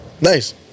Nice